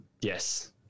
Yes